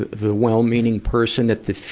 the well-meaning person at the fu,